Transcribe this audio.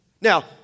Now